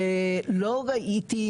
ולא ראיתי,